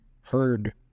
heard